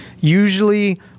usually